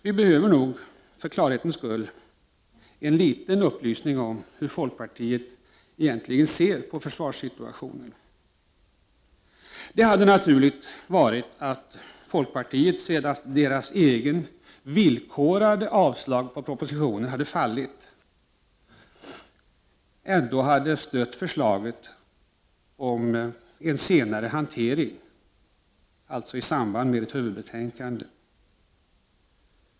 Vi behöver nog, för klarhetens skull, en liten upplysning om hur folkpartiet egentligen ser på försvarssituationen. Det hade varit naturligt att folkpartiet, sedan deras eget förslag om villkorat avslag på propositionen fal lit, hade stött förslaget om en senare hantering, alltså i samband med ett huvudbetänkande från försvarskommittén.